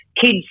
kids